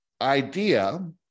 idea